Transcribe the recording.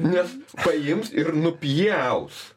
nes paims ir nupjaus